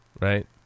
right